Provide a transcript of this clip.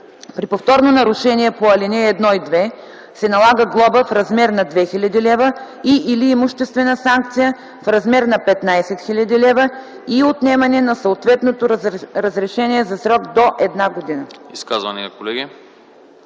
При повторно нарушение по ал. 1 и 2 се налага глоба в размер на 2000 лв. и/или имуществена санкция в размер на 15 000 лв. и отнемане на съответното разрешение за срок до една година.”